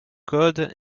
code